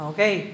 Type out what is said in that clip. Okay